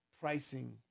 pricing